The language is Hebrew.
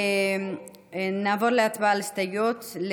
נעבור להצבעה על הסתייגויות.